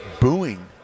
booing